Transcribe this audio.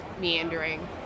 meandering